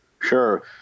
Sure